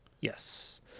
Yes